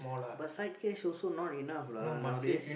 but side cash also not enough lah nowadays